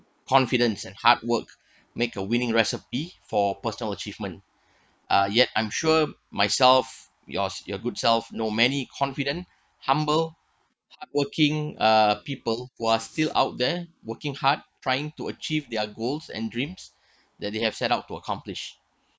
confidence and hard work make a winning recipe for personal achievement uh yet I'm sure myself yours your good self know many confident humble hardworking uh people who are still out there working hard trying to achieve their goals and dreams that they have set out to accomplish